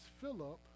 philip